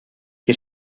que